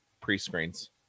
pre-screens